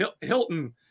Hilton